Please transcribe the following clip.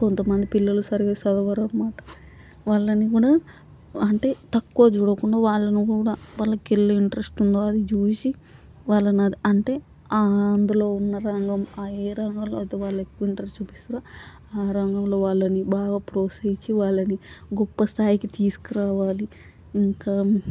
కొంత మంది పిల్లలు సరిగా చదవరు అన్నామాట వాళ్ళని కూడా అంటే తక్కువ చూడకుండా వాళ్ళని కూడా వాళ్ళకి వెళ్ళి ఇంట్రెస్ట్ ఉందా అది చూసి వాళ్ళని అది అంటే అందులో ఉన్న రంగం ఆ ఏ రంగంలో అయితే వాళ్ళు ఎక్కువ ఇంట్రెస్ట్ చూపిస్తారో ఆ రంగంలో వాళ్ళని బాగా ప్రోత్సహించి వాళ్ళని గొప్ప స్థాయికి తీసుకురావాలి ఇంకా